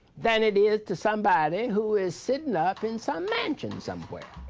than it is to somebody who is sitting up in some mansion somewhere